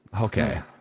Okay